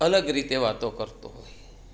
અલગ રીતે વાતો કરતો હોય